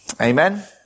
Amen